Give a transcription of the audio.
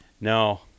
No